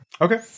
Okay